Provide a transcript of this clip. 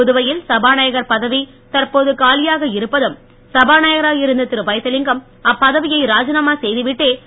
புதுவையில் சபாநாயகர் பதவி தற்போது காலியாக இருப்பதும் சபாநாயகராக இருந்த வைத்திலிங்கம் அப்பதவியை ராஜினாமா செய்துவிட்டே திரு